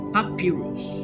Papyrus